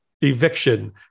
eviction